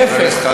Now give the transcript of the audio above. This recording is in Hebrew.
להפך,